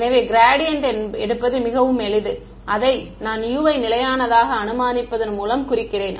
எனவே க்ராடியன்ட் எடுப்பது மிகவும் எளிது அதை நான் U வை நிலையானதாக அனுமானிப்பதன் மூலம் குறிக்கிறேன்